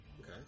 Okay